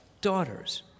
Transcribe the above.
daughters